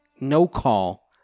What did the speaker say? no-call